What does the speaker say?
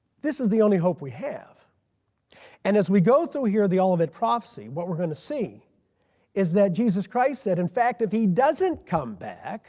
this is the only hope we have and as we go through here the olivet prophecy what we're going to see is that jesus christ said in fact that if he doesn't come back